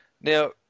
now